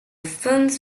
films